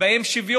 יש בהם שוויון,